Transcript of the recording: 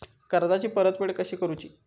कर्जाची परतफेड कशी करूची?